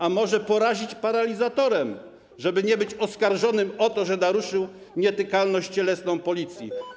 A może porazić paralizatorem, żeby nie być oskarżonym o to, że naruszył nietykalność cielesną policji.